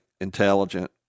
intelligent